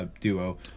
duo